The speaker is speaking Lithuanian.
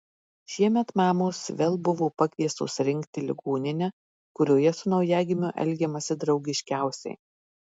šiemet mamos vėl buvo pakviestos rinkti ligoninę kurioje su naujagimiu elgiamasi draugiškiausiai